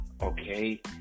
okay